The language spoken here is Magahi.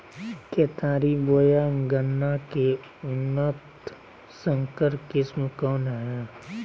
केतारी बोया गन्ना के उन्नत संकर किस्म कौन है?